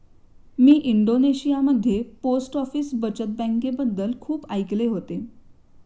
मी इंडोनेशियामध्ये post office बचत बँकेबद्दल खूप ऐकले होते